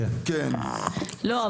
לא,